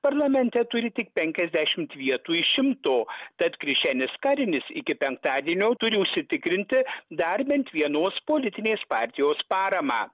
parlamente turi tik penkiasdešimt vietų iš šimto tad krišenis karinis iki penktadienio turi užsitikrinti dar bent vienos politinės partijos paramą